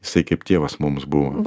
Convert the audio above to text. jisai kaip tėvas mums buvo